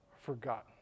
forgotten